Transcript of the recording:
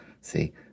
see